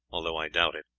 although i doubt it,